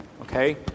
okay